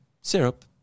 syrup